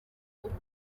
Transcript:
ukuntu